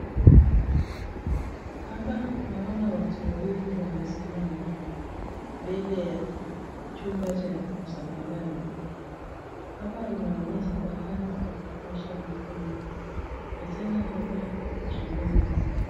Hapa naona watu wawili wamesimama mbele ya chumba cha msahlani hapa inaonyesha pahali pa kuosha mkono na tena hapa ni shuleni.